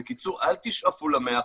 בקיצור, אל תשאפו ל-100%,